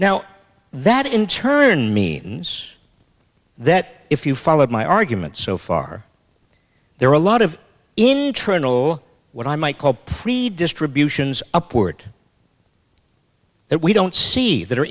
now that in turn means that if you followed my argument so far there are a lot of internal what i might call three distributions upward that we don't see that are